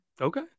Okay